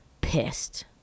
pissed